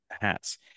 hats